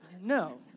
no